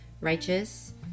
righteous